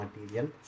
material